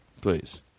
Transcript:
Please